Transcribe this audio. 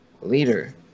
leader